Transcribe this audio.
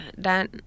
Dan